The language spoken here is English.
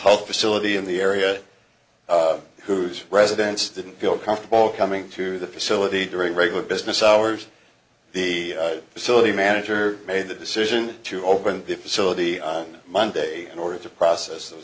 health facility in the area whose residence didn't feel comfortable coming to the facility during regular business hours the facility manager made the decision to open the facility on monday in order to process